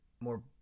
more